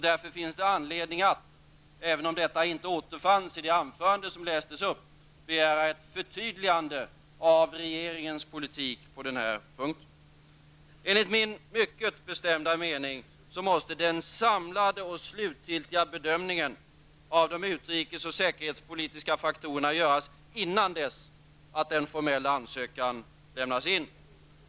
Därför finns det anledning att, även om detta inte återfanns i det anförande som lästes upp, begära ett förtydligande av regeringens politik på den här punkten. Enligt min mycket bestämda mening måste den samlade och slutgiltiga bedömningen av de utrikesoch säkerhetspolitiska faktorerna göras innan den formella ansökan lämnas in.